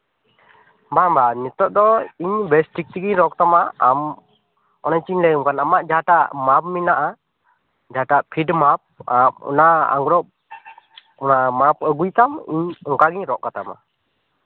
ᱵᱟᱝ ᱵᱟᱝ ᱱᱤᱛᱚᱜ ᱫᱚ ᱤᱧ ᱵᱮᱥ ᱴᱷᱤᱠ ᱛᱮᱜᱮᱧ ᱨᱚᱜᱜ ᱛᱟᱢᱟ ᱟᱢ ᱚᱱᱮ ᱛᱚᱧ ᱞᱟᱹᱭᱟᱢ ᱠᱟᱱ ᱟᱢᱟᱜ ᱡᱟᱦᱟᱸᱴᱟᱜ ᱢᱟᱯ ᱢᱮᱱᱟᱜᱼᱟ ᱡᱟᱦᱟᱸᱴᱟᱜ ᱯᱷᱤᱴ ᱢᱟᱯ ᱚᱱᱟ ᱟᱝᱨᱚᱵ ᱚᱱᱟ ᱢᱟᱯ ᱟᱹᱜᱩᱭ ᱛᱟᱢ ᱤᱧ ᱚᱱᱠᱟ ᱜᱤᱧ ᱨᱚᱜ ᱠᱟᱛᱟᱢᱟ